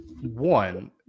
one